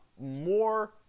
more